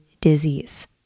disease